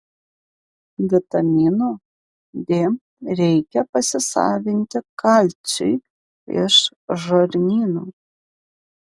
vitamino d reikia pasisavinti kalciui iš žarnyno